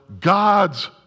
God's